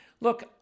Look